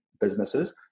businesses